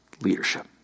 leadership